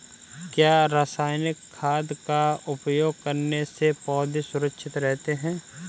क्या रसायनिक खाद का उपयोग करने से पौधे सुरक्षित रहते हैं?